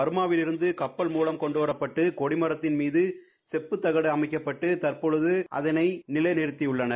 பர்மாவில இருந்து கப்பல் மூலம் கொண்டுவரப்பட்டு கொடிமரத்தின் மீது செப்புத்தகடு அமைக்கப்பட்டு தற்போது அதனை நிலைநிறுத்தியுள்ளனர்